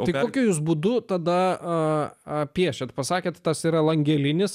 tai kokio jūs būdu tada a piešėte pasakėt tas yra langelinis